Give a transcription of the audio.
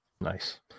Nice